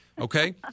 Okay